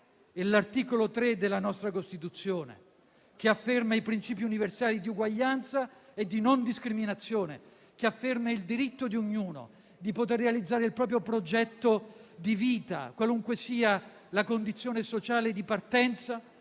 L'articolo 3 della nostra Costituzione che afferma i principi universali di uguaglianza e di non discriminazione; che afferma il diritto di ognuno di poter realizzare il proprio progetto di vita, qualunque sia la condizione sociale di partenza,